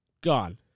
gone